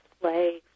play